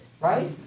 right